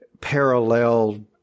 parallel